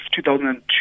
2002